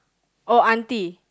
oh auntie